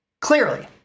clearly